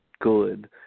good